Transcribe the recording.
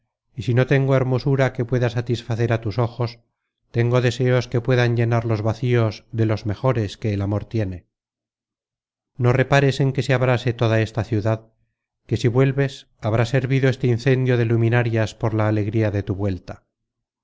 y si no tengo hermosura que pueda satisfacer á tus ojos tengo deseos que puedan llenar los vacíos de los mejores que el amor tiene no repares en que se abrase toda esta ciudad que si vuelves habrá servido este incendio de luminarias por la alegría de tu vuelta